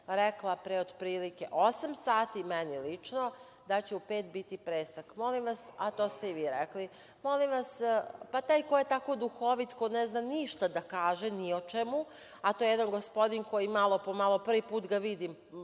rekla, pre otprilike osam sati, meni lično da će u pet biti presek. Molim vas, a to ste i vi rekli, molim vas, pa taj ko je tako duhovit ko ne zna ništa da kaže ni o čemu, a to je jedan gospodin, koji malo po malo, prvi put ga vidim